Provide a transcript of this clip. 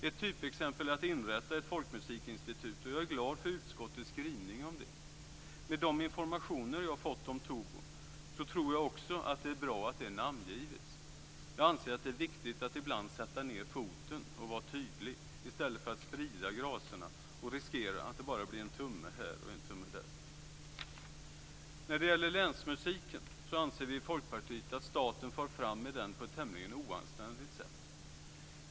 Ett typexempel är att inrätta ett folkmusikinstitut, och jag är glad för utskottets skrivning om det. Med de informationer jag har fått om Tobo tror jag också att det är bra att det namngivits. Jag anser att det är viktigt att ibland sätta ned foten och vara tydlig, i stället för att sprida gracerna och riskera att det bara blir en tumme här och en tumme där. När det gäller länsmusiken anser vi i Folkpartiet att staten far fram med den på ett tämligen oanständigt sätt.